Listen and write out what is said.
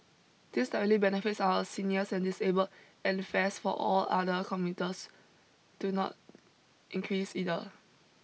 this directly benefits our seniors and disabled and fares for all other commuters do not increase either